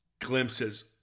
glimpses